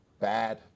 bad